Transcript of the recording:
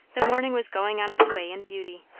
the morning was going on its way in beauty.